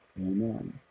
Amen